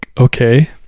okay